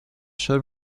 show